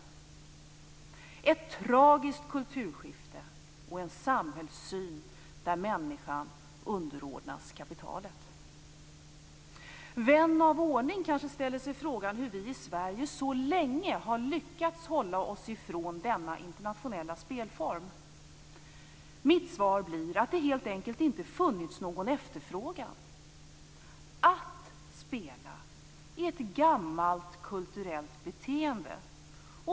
Det är ett tragiskt kulturskifte och en samhällssyn där människan underordnas kapitalet. Vän av ordning kanske ställer sig frågan hur vi i Sverige så länge har lyckats att hålla oss ifrån denna internationella spelform. Mitt svar blir att det helt enkelt inte funnits någon efterfrågan. Att spela är ett gammalt kulturellt beteende.